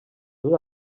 dut